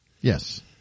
Yes